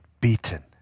beaten